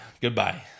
Goodbye